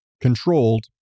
controlled